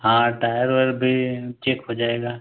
हाँ टायर ओयर भी चेक हो जाएगा